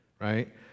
right